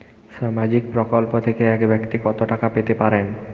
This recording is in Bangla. সামাজিক প্রকল্প থেকে এক ব্যাক্তি কত টাকা পেতে পারেন?